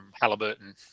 Halliburton